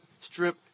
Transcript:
strip